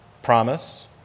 promise